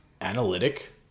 analytic